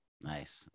nice